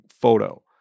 photo